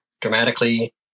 dramatically